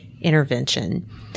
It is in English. intervention